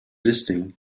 listening